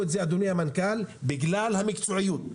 הקימו בגלל המקצועיות.